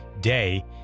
day